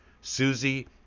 Susie